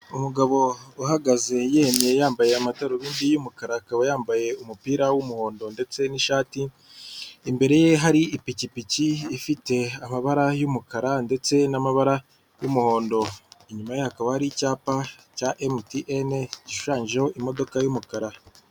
Umugabo uhagaze yemye yambaye amadarubindi yumukara akaba yambaye umupira wumuhondo ndetse n'ishati imbere ye hari ipikipiki ifite amabara yumukara ndetse n'amabara y'umuhondo inyumaye hakaba hari icyapa cya mtn gishushanyijeho imodoka yumukara.